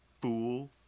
fool